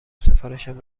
سفارشم